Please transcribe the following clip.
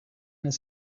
his